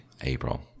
April